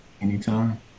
Anytime